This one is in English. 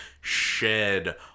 shed